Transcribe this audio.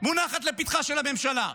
מונחת לפתחה של הממשלה.